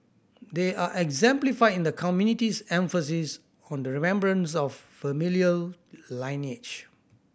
they are exemplified in the community's emphasis on the remembrance of familial lineage